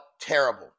terrible